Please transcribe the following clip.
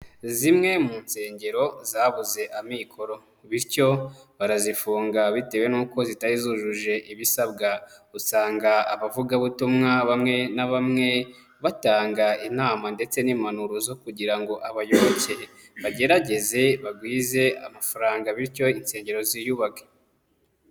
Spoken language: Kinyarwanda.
Zimwe mu nsengero zabuze amikoro bityo barazifunga bitewe n'uko zitari zujuje ibisabwa, usanga abavugabutumwa bamwe na bamwe batanga inama ndetse n'impanuro zo kugira ngo abayoboke bagerageze bagwize amafaranga bityo insengero ziyubake.